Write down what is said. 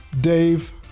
Dave